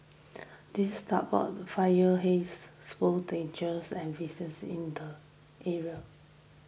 these tugboats fire haze spouse dangers and vessels in the area